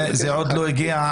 זה עוד לא הגיע.